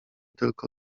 tylko